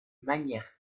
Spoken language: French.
manière